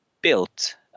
built